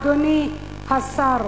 אדוני השר.